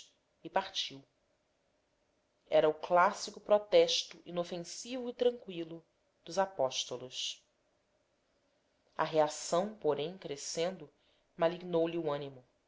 e partiu era o clássico protesto inofensivo e tranqüilo dos apóstolos hégira para o sertão a reação porém crescendo